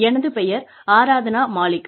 எனது பெயர் ஆரத்னா மாலிக்